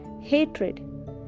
hatred